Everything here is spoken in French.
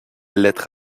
lettre